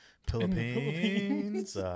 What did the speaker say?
Philippines